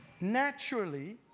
naturally